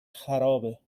خرابه